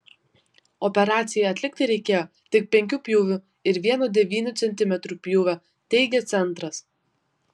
operacijai atlikti reikėjo tik penkių pjūvių ir vieno devynių centimetrų pjūvio teigia centras